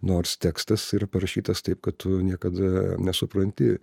nors tekstas yra parašytas taip kad tu niekada nesupranti